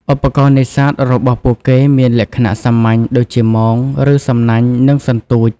ឧបករណ៍នេសាទរបស់ពួកគេមានលក្ខណៈសាមញ្ញ ដូចជា មង ឬ សំណាញ់ និងសន្ទូច។